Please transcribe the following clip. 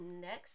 next